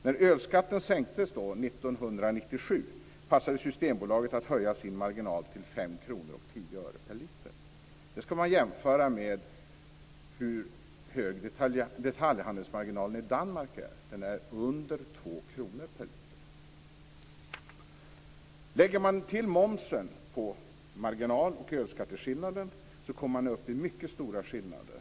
När ölskatten sänktes 1997 passade Systembolaget på att höja sin marginal till 5:10 kr per liter. Det skall jämföras med hur hög detaljhandelsmarginalen är i Danmark. Den är under Lägger man till momsen på marginal och ölskatteskillnaden kommer man upp i mycket stora skillnader.